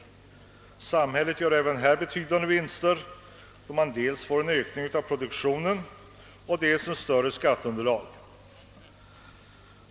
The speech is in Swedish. Även samhället gör här betydande vinster, då det dels blir en ökning av produktionen, dels ett större skatteunderlag.